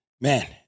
man